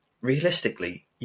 realistically